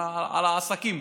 על העסקים.